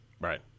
Right